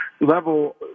level